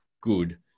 good